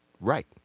right